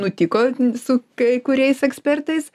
nutiko su kai kuriais ekspertais